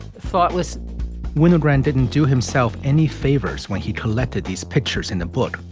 thoughtless winogrand didn't do himself any favors when he collected these pictures in the book,